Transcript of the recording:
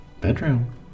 bedroom